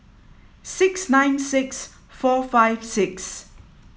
six nine six four five six